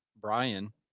Brian